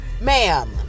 ma'am